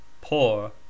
Poor